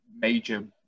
major